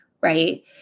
right